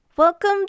Welcome